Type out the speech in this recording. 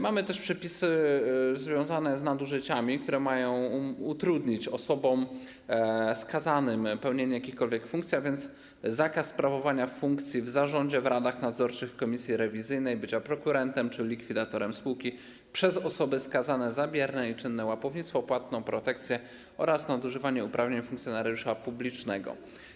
Mamy też związane z nadużyciami przepisy, które mają utrudnić osobom skazanym pełnienie jakichkolwiek funkcji, a więc zakaz sprawowania funkcji w zarządzie, w radach nadzorczych, w komisji rewizyjnej, bycia prokurentem czy likwidatorem spółki przez osoby skazane za bierne i czynne łapownictwo, płatną protekcję oraz nadużywanie uprawnień funkcjonariusza publicznego.